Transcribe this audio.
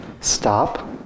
Stop